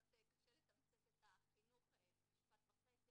קצת קשה לתמצת את החינוך למשפט וחצי,